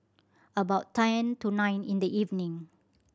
about ten to nine in the evening